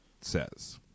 says